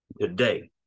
Today